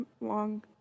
long